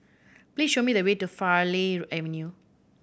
please show me the way to Farleigh Avenue